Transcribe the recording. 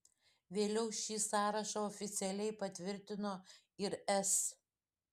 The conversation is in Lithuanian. vėliau šį sąrašą oficialiai patvirtino ir es